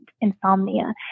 insomnia